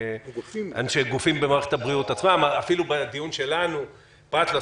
השיקומי "רעות", הן באופן